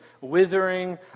Withering